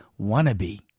wannabe